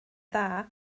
dda